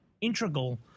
integral